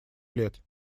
лет